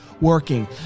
working